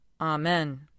Amen